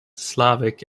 slavic